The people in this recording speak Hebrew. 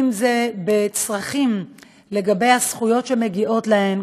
אם זה בצרכים לגבי הזכויות שמגיעות להם,